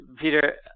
Peter